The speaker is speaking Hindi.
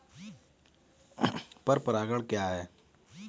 पर परागण क्या है?